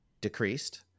decreased